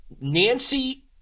Nancy